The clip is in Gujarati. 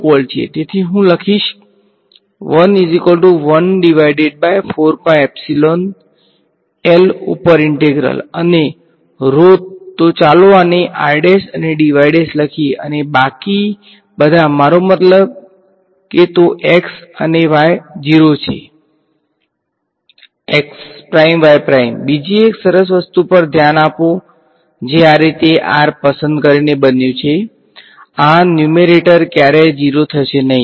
તેથી હું લખીશ L ઉપર ઈંટ્રેગ્રલ અને તો ચાલો આને અને લખીયે અને બાકી બધા મારો મતલબ કે તો x અને y 0 છે બીજી એક સરસ વસ્તુ પર ધ્યાન આપો જે આ રીતે r પસંદ કરીને બન્યું છે આ ન્યુમેરેટર ક્યારેય 0 થશે નહીં